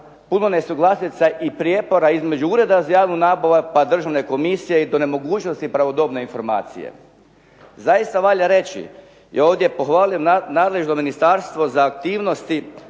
puno nesuglasila i prijepora između Ureda za javnu nabavu pa državne komisije i do nemogućnosti pravodobne informacije. Zaista valja reći i ovdje pohvaliti nadležno ministarstvo za aktivnosti